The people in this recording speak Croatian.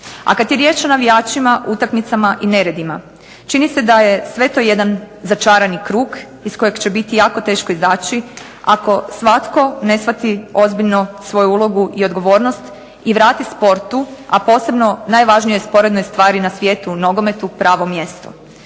A kad je riječ o navijačima, utakmicama i neredima, čini se da je sve to jedan začarani krug iz kojeg će biti jako teško izaći ako svatko ne shvati ozbiljno svoju ulogu i odgovornost i vrati sportu, a posebno najvažnijoj sporednoj stvari na svijetu – nogometu pravo mjesto.